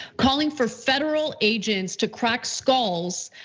calling for federal agents to crack skulls